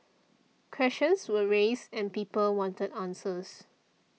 questions were raised and people wanted answers